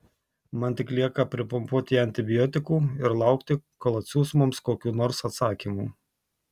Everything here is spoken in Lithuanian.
man tik lieka pripumpuoti ją antibiotikų ir laukti kol atsiųs mums kokių nors atsakymų